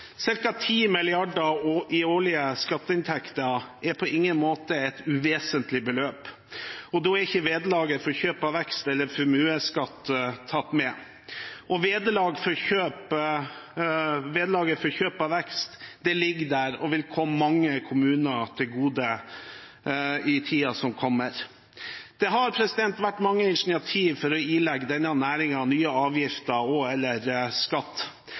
i årlige skatteinntekter er på ingen måte et uvesentlig beløp. Da er ikke vederlaget for kjøp av vekst eller formuesskatt tatt med. Vederlaget for kjøp av vekst ligger der og vil komme mange kommuner til gode i tiden som kommer. Det har vært mange initiativ for å ilegge denne næringen nye avgifter og/eller skatt.